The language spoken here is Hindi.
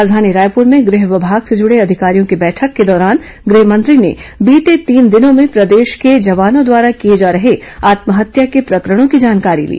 राजधानी रायपुर में गह विमाग से जुडे अधिकारियों की बैठक के दौरान गहमंत्री ने बीते तीन दिनों में प्रदेश के जवानों द्वारा किए जा रहे आत्महत्या के प्रकरणों की जानकारी ली